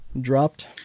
dropped